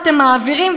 אתם מעבירים,